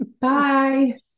Bye